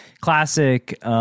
classic